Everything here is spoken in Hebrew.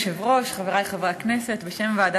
התשע"ד 2014, עברה בקריאה שנייה ושלישית.